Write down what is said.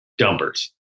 dumpers